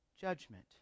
judgment